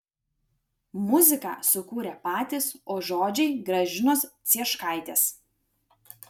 muziką sukūrė patys o žodžiai gražinos cieškaitės